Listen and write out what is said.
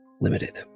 limited